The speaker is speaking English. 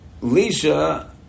Lisha